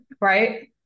right